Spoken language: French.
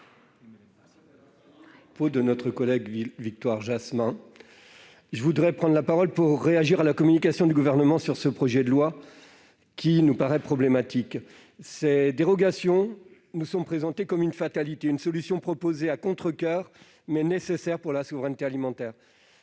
de Victoire Jasmin, je veux réagir à la communication du Gouvernement sur ce projet de loi, qui nous paraît problématique. Ces dérogations nous sont présentées comme une fatalité, une solution proposée à contrecoeur, mais nécessaire pour la souveraineté alimentaire.